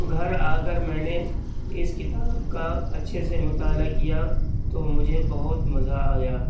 گھر آ کر میں نے اس کتاب کا اچھے سے مطالعہ کیا تو مجھے بہت مزہ آیا